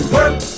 Work